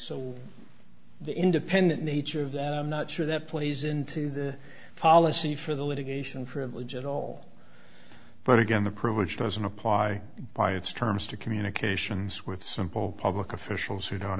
the independent nature of that i'm not sure that plays into the policy for the litigation privilege at all but again the privilege doesn't apply by its terms to communications with simple public officials who don't